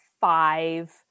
five